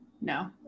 No